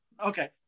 okay